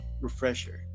refresher